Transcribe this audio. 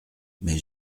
mais